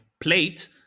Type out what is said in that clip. plate